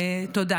תודה.